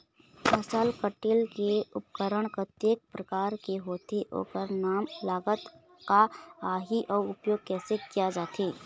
फसल कटेल के उपकरण कतेक प्रकार के होथे ओकर नाम लागत का आही अउ उपयोग कैसे किया जाथे?